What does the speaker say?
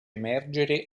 emergere